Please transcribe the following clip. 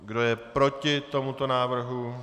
Kdo je proti tomuto návrhu?